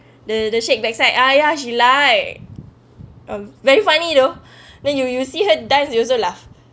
the the shake backside !aiya! she like um very funny though then you you see her dance you also laugh